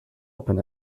open